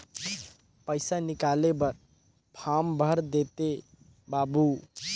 पइसा निकाले बर फारम भर देते बाबु?